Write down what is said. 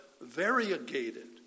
variegated